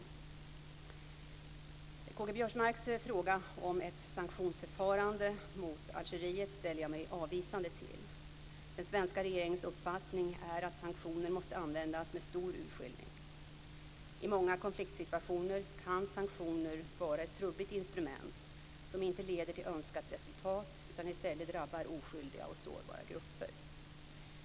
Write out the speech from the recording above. Karl-Göran Biörsmarks fråga om ett sanktionsförfarande mot Algeriet ställer jag mig avvisande till. Den svenska regeringens uppfattning är att sanktioner måste användas med stor urskillning. I många konfliktsituationer kan sanktioner vara ett trubbigt instrument, som inte leder till önskat resultat utan i stället drabbar oskyldiga och sårbara grupper.